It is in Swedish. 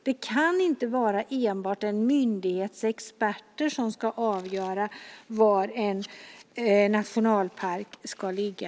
Det kan inte vara enbart en myndighets experter som ska avgöra var en nationalpark ska ligga.